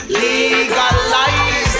legalize